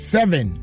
Seven